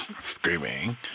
Screaming